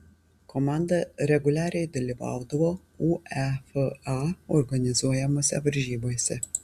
komanda reguliariai dalyvaudavo uefa organizuojamose varžybose